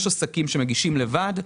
יש עסקים שמגישים לבד,